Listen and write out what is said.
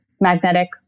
magnetic